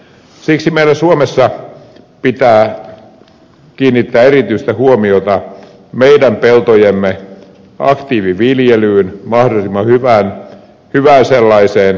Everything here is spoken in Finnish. siksi meillä suomessa pitää kiinnittää erityistä huomiota meidän peltojemme aktiiviviljelyyn mahdollisimman hyvään sellaiseen